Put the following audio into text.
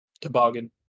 Toboggan